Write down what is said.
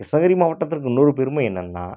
கிருஷ்ணகிரி மாவட்டத்திற்கு இன்னொரு பெருமை என்னென்னா